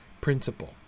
principle